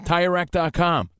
TireRack.com